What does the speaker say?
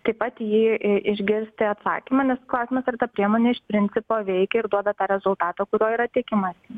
taip pat į jį išgirsti atsakymą nes klausimas ar ta priemonė iš principo veikia ir duoda tą rezultatą kurio yra tikimasi